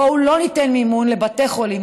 בואו לא ניתן מימון לבתי חולים,